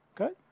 okay